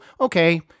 okay